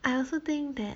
I also think that